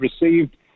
received